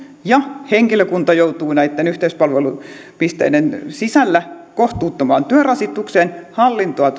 ja siksi että henkilökunta joutuu näitten yhteispalvelupisteiden sisällä kohtuuttomaan työrasitukseen hallintoa